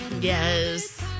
Yes